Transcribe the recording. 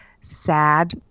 sad